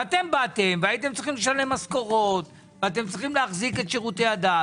ואתם באתם והייתם צריכים צריכים להחזיק את שירוי הדת.